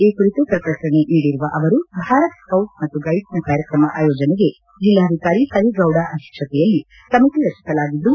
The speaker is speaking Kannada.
ಈ ಕುರಿತು ಪ್ರಕಟಣೆ ನೀಡಿರುವ ಅವರು ಭಾರತ್ ಸ್ಕೌಟ್ಸ್ ಮತ್ತು ಗೈಡ್ಸ್ನ ಕಾರ್ಯಕ್ರಮ ಆಯೋಜನೆಗೆ ಜಿಲ್ಲಾಧಿಕಾರಿ ಕರೀಗೌಡ ಅಧ್ಯಕ್ಷತೆಯಲ್ಲಿ ಸಮಿತಿ ರಚಿಸಲಾಗಿದ್ದು